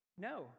No